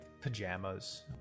pajamas